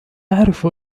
أعرف